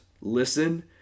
Listen